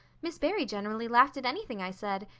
miss barry generally laughed at anything i said,